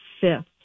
fifth